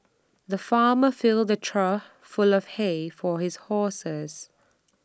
the farmer filled A trough full of hay for his horses